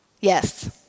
yes